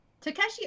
Takeshi